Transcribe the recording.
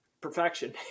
perfection